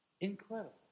Incredible